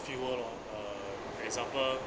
fuel lor uh example